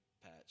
patch